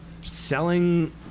selling